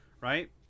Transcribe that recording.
Right